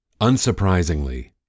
Unsurprisingly